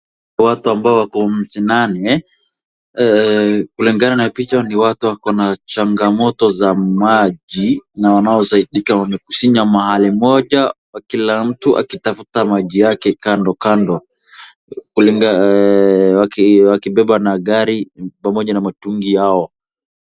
Watu ambao wako mashinani, kulingana na picha ni watu wako na changamoto za maji na wanaosaidika wamekusanya mahali moja kila mtu akitafuta maji yake kando wakibeba na gari pamoja na mitungi yao.